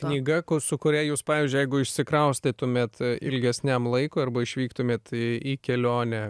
knyga ko sukuria jus pavyzdžiui jeigu išsikraustytumėt ilgesniam laikui arba išvyktumėt į į kelionę